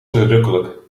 verrukkelijk